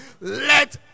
let